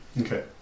Okay